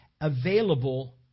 available